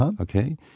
okay